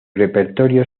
repertorio